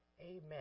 Amen